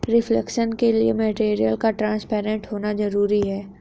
reflection के लिए material का ट्रांसपेरेंट होना जरूरी है